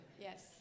Yes